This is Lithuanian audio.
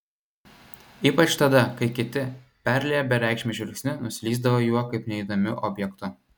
ypač tada kai kiti perlieję bereikšmiu žvilgsniu nuslysdavo juo kaip neįdomiu objektu